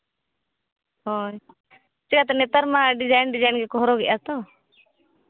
ᱦᱳᱭ ᱪᱮᱫ ᱱᱮᱛᱟᱨ ᱢᱟ ᱰᱤᱡᱟᱭᱤᱱ ᱰᱤᱡᱟᱭᱤᱱ ᱜᱮᱠᱚ ᱦᱚᱨᱚᱜᱮᱫᱟ ᱛᱚ